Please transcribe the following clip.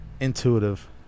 intuitive